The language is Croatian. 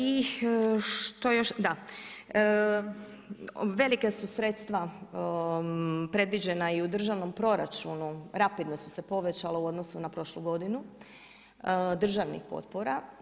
I što još, da, velika su sredstva predviđena i u državnom proračunu rapidno su se povećala u odnosu na prošlu godinu, državnih potpora.